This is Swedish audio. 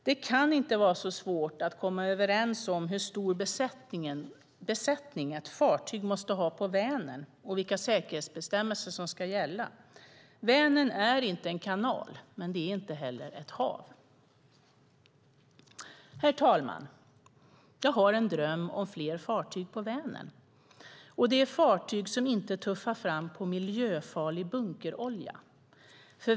Det kan inte vara så svårt att komma överens om hur stor besättning ett fartyg måste ha på Vänern och vilka säkerhetsbestämmelser som ska gälla. Vänern är inte en kanal men inte heller ett hav. Herr talman! Jag har en dröm om fler fartyg på Vänern. Det är fartyg som inte tuffar fram på miljöfarlig bunkerolja.